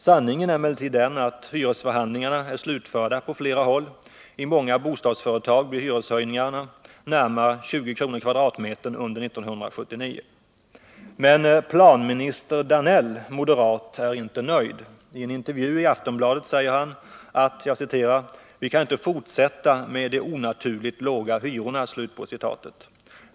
Sanningen är emellertid den att hyresförhandlingarna är slutförda på flera håll. I många bostadsföretag blir hyreshöjningarna närmare 20 kr/m? under 1979. Men planminister Danell är inte nöjd. I en intervju i Aftonbladet säger han att ”vi inte kan fortsätta med de onaturligt låga hyrorna”.